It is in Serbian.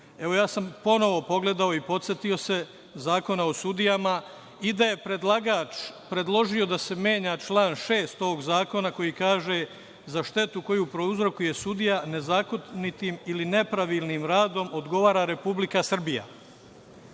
Evo, ja sam ponovo pogledao i podsetio se Zakona o sudijama i da je predlagač predložio da se menja član 6. ovog zakona koji kaže – za štetu koju prouzrokuje sudije nezakonitim ili nepravilnim radom odgovara Republika Srbija. Pa,